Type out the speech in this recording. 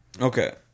Okay